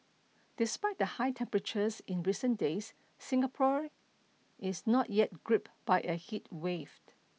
despite the high temperatures in recent days Singapore is not yet gripped by a heat waved